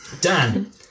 Dan